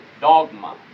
dogma